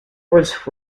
was